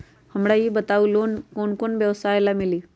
हमरा ई बताऊ लोन कौन कौन व्यवसाय ला मिली?